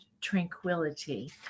tranquility